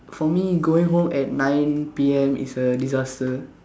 for me going home at nine P_M is a disaster